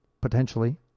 potentially